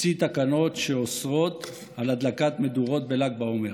הוציא תקנות שאוסרות על הדלקת מדורות בל"ג בעומר.